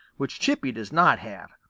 which chippy does not have.